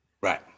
Right